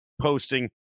posting